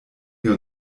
wir